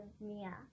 Mia